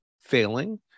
Failing